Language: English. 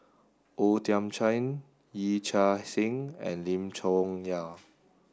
O Thiam Chin Yee Chia Hsing and Lim Chong Yah